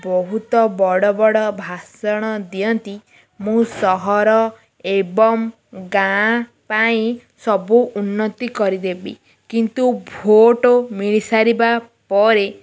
ବହୁତ ବଡ଼ ବଡ଼ ଭାଷଣ ଦିଅନ୍ତି ମୁଁ ସହର ଏବଂ ଗାଁ ପାଇଁ ସବୁ ଉନ୍ନତି କରିଦେବି କିନ୍ତୁ ଭୋଟ୍ ମିଳିସାରିବା ପରେ